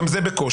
גם זה בקושי,